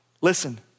Listen